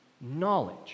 knowledge